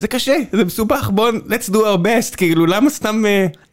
זה קשה, זה מסובך, בואו נעשה את הכי טוב, למה סתם...